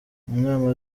inama